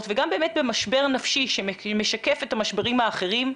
וגם במשבר נפשי שמשקף את המשברים האחרים,